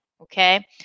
okay